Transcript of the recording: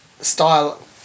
style